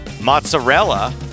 mozzarella